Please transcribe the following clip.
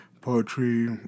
poetry